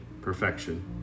perfection